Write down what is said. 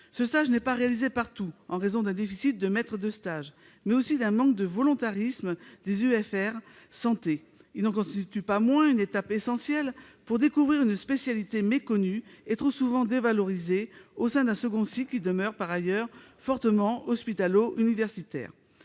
Ce stage n'est pas effectué partout, en raison d'un déficit de maîtres de stage, mais aussi d'un manque de volontarisme des unités de formation et de recherche en santé. Il n'en constitue pas moins une étape essentielle pour découvrir une spécialité méconnue et trop souvent dévalorisée au sein d'un second cycle qui demeure fortement hospitalo-universitaire.